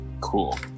Cool